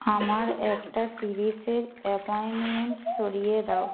আমার একটা তিরিশের অ্যাপয়েন্টমেন্ট সরিয়ে দাও